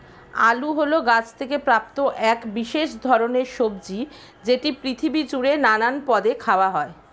আলু হল গাছ থেকে প্রাপ্ত এক বিশেষ ধরণের সবজি যেটি পৃথিবী জুড়ে নানান পদে খাওয়া হয়